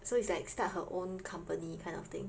so is like start her own company kind of thing